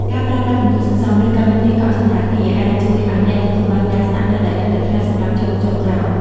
ការប្រើប្រាស់ពិន្ទុសន្សំ ពីកម្មវិធីកក់សណ្ឋាគារ អាចជួយឱ្យអ្នកទទួលបានការស្នាក់នៅដោយឥតគិតថ្លៃសម្រាប់យប់ចុងក្រោយ។